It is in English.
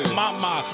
mama